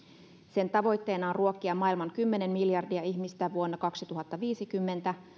sen tavoitteena on ruokkia maailman kymmenen miljardia ihmistä vuonna kaksituhattaviisikymmentä